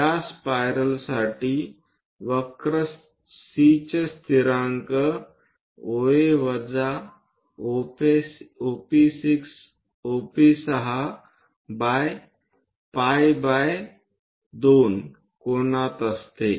या स्पायरलसाठी वक्र Cचे स्थिरांक OA वजा OP6 बाय पाई बाय 2 कोनात असते